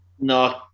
No